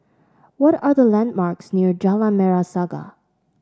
what are the landmarks near Jalan Merah Saga